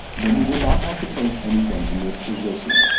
then you would not have to place anything in this position,